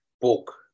book